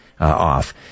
off